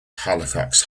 halifax